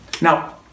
Now